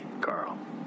Carl